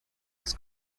was